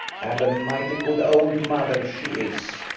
and a mighty good old mother she is!